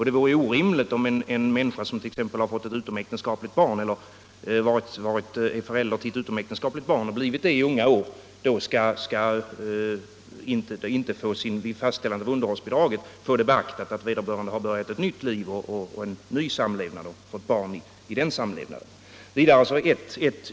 Det vore ju orimligt om en människa som t.ex. har fått ett utomäktenskapligt barn i unga år vid fastställande av underhållsbidrag inte skall få beaktat att han har börjat en ny samlevnad och fått barn i den samlevnaden.